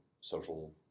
social